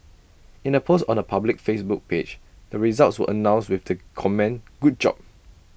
in A post on her public Facebook page the results were announced with the comment good job